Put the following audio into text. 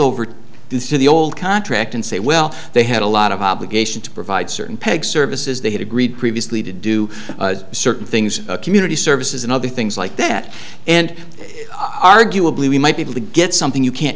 over this in the old contract and say well they had a lot of obligation to provide certain peg services they had agreed previously to do certain things community services and other things like that and arguably we might be able to get something you can't